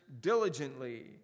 diligently